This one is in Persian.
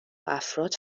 افراد